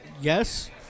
yes